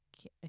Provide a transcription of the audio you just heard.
okay